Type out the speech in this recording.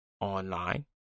online